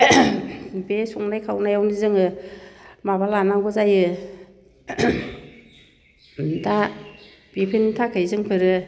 बे संनाय खावनायावनो जोङो माबा लानांगौ जायो दा बेफोरनि थाखाय जोंफोरो